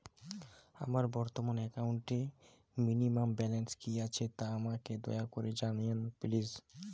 আমার বর্তমান একাউন্টে মিনিমাম ব্যালেন্স কী আছে তা আমাকে দয়া করে জানান প্লিজ